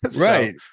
right